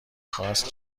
خواست